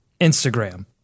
Instagram